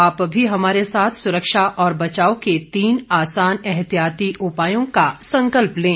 आप भी हमारे साथ सुरक्षा और बचाव के तीन आसान एहतियाती उपायों का संकल्प लें